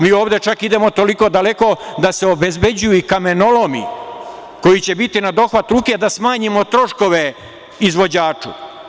Mi ovde čak idemo toliko daleko da se obezbeđuju i kamenolomi koji će biti na dohvat ruke da smanjimo troškove izvođaču.